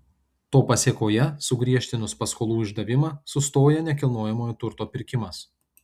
to pasėkoje sugriežtinus paskolų išdavimą sustoja nekilnojamo turto pirkimas